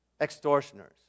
extortioners